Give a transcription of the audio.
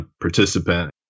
participant